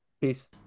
Peace